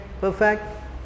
perfect